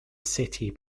city